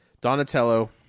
Donatello